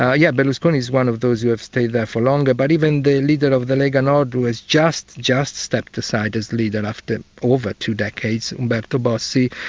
ah yeah berlusconi is one of those who have stayed there for longer, but even the leader of the lega nord who has just just stepped aside as leader after over two decades, umberto bossi,